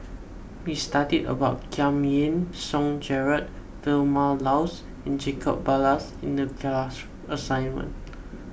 we studied about Giam Yean Song Gerald Vilma Laus and Jacob Ballas in the class assignment